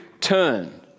turn